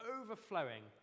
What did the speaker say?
overflowing